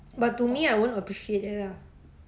but to me I won't appreciate that ah